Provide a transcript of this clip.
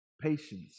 patience